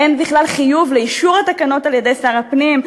אין בכלל חיוב לאישור התקנות על-ידי שר הפנים,